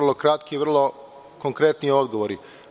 Vrlo kratki i vrlo konkretni odgovori.